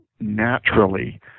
naturally